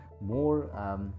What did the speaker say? more